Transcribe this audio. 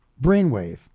brainwave